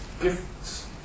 gifts